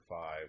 five